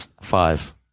Five